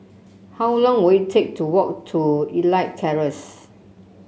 how long will it take to walk to Elite Terrace